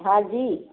हाँ जी